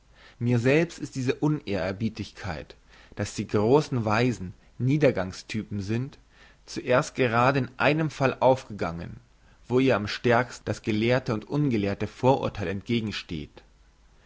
mir selbst ist diese unehrerbietigkeit dass die grossen weisen niedergangs typen sind zuerst gerade in einem falle aufgegangen wo ihr am stärksten das gelehrte und ungelehrte vorurtheil entgegensteht